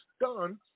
done